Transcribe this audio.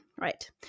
right